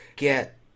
get